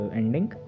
ending